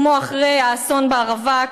כמו אחרי האסון בערבה,